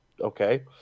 okay